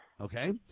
Okay